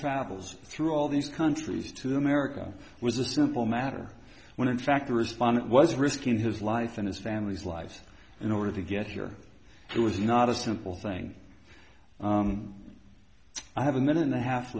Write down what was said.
travels through all these countries to america was a simple matter when in fact the respondent was risking his life and his family's life in order to get here who was not a simple thing i have a minute and a half